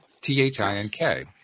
T-H-I-N-K